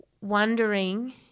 wondering